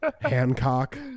Hancock